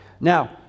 Now